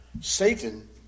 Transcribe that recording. Satan